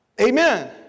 Amen